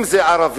אם זה ערבים